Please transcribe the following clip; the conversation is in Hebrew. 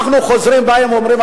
אנחנו חוזרים ובאים ואומרים,